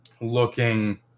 looking